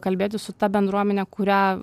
kalbėti su ta bendruomene kurią